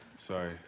Sorry